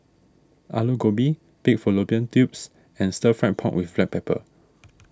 Aloo Gobi Pig Fallopian Tubes and Stir Fried Pork with Black Pepper